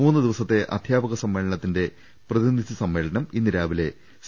മൂന്നുദിവസത്തെ അധ്യാ പക സമ്മേളനത്തിന്റെ പ്രതിനിധി സമ്മേളനം ഇന്ന് രാവിലെ സി